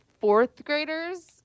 fourth-graders